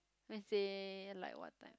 let's say like what time